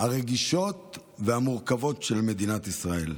הרגישות והמורכבות של מדינת ישראל.